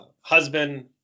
husband